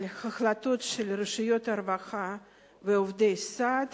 החלטות של רשויות הרווחה ועובדי סעד.